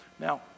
Now